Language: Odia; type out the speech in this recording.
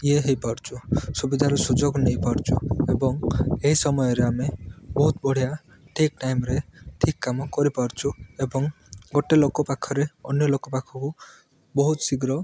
ଇଏ ହେଇପାରୁଛୁ ସୁବିଧାର ସୁଯୋଗ ନେଇପାରୁଛୁ ଏବଂ ଏ ସମୟରେ ଆମେ ବହୁତ ବଢ଼ିଆ ଠିକ୍ ଟାଇମ୍ରେ ଠିକ୍ କାମ କରିପାରୁଛୁ ଏବଂ ଗୋଟେ ଲୋକ ପାଖରେ ଅନ୍ୟଲୋକ ପାଖକୁ ବହୁତ ଶୀଘ୍ର